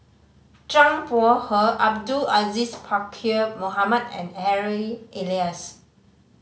Zhang Bohe Abdul Aziz Pakkeer Mohamed and Harry Elias